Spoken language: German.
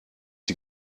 die